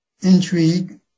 Intrigue